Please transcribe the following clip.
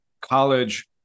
college